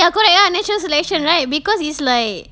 ya correct ya natural selection right because it's like